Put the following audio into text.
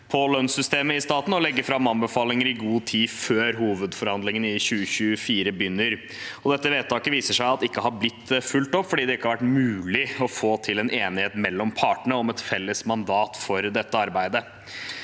på lønnssystemet i staten og legge fram anbefalinger i god tid før hovedforhandlingene i 2024 begynner. Det viser seg at vedtaket ikke har blitt fulgt opp, fordi det ikke har vært mulig å få til en enighet mellom partene om et felles mandat for arbeidet.